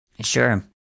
Sure